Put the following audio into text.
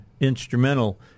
instrumental